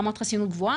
מצליח לדחוק את הבריטי.